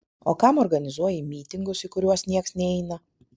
o kam organizuoji mytingus į kuriuos nieks neina